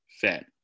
fit